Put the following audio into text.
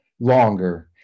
longer